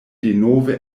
denove